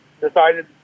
Decided